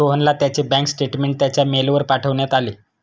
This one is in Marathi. सोहनला त्याचे बँक स्टेटमेंट त्याच्या मेलवर पाठवण्यात आले